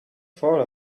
thought